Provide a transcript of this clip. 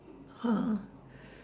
!huh!